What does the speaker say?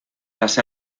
las